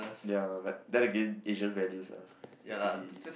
ya like then again Asian values ah need to be